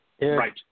Right